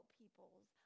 peoples